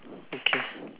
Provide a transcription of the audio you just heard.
okay